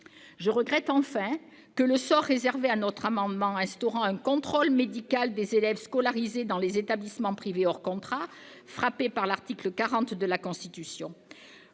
Je regrette enfin le sort réservé à notre amendement tendant à instaurer un contrôle médical des élèves scolarisés dans les établissements privés hors contrat, frappé par l'article 40 de la Constitution.